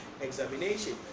examination